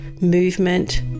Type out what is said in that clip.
movement